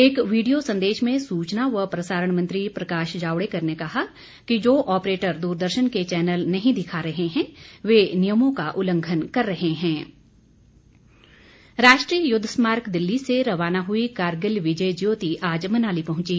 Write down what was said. एक वीडियो संदेश में सुचना व प्रसारण मंत्री प्रकाश जावड़ेकर ने कहा कि जो ऑपरेटर दूरदर्शन के चैनल नहीं दिखा रहे हैं वे नियमों का उल्लंघन कर रहे हैं विजय ज्योति राष्ट्रीय युद्ध स्मारक दिल्ली से रवाना हुई कारगिल विजय ज्योति आज मनाली पहुंची